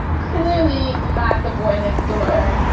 clearly not the boy next door.